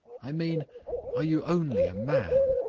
i mean are you only a man?